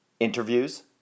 Interviews